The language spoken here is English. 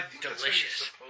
delicious